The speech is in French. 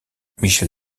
michel